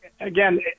Again